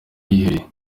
yihebeye